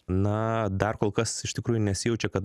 na dar kol kas iš tikrųjų nesijaučia kad